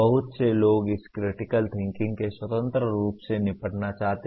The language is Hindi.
बहुत से लोग इस क्रिटिकल थिंकिंग से स्वतंत्र रूप से निपटना चाहते हैं